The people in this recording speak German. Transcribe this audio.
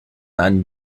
einen